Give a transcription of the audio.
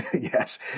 yes